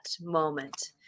moment